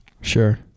Sure